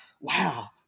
wow